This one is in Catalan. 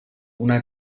una